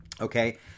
Okay